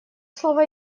слово